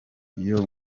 iyo